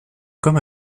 comme